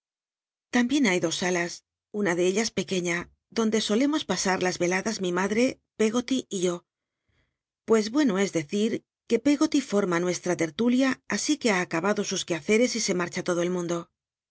hay do s ja una de ellas pequeiía donde solemos pasar las ciadas mi madre peggoty y yo pues bueno es dccil que l c oty forma nueslla tci'lulia asi que ha acabado sus quehaceres y se marcha todo el munclo